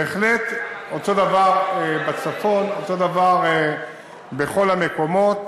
בהחלט, אותו דבר בצפון, אותו דבר בכל המקומות,